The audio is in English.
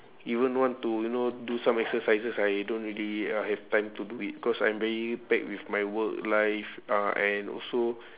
even want to you know do some exercises I don't really ya have time to do it cause I'm very packed with my work life uh and also